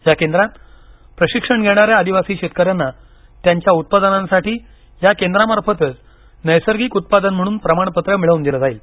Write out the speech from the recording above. या केंद्रात प्रशिक्षण घेणाऱ्या आदिवासी शेतकऱ्यांना त्यांच्या उत्पादनांसाठी या केंद्रा मार्फतच नैसर्गिक उत्पादन म्हणून प्रमाण पत्र मिळवून दिलं जाईल